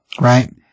Right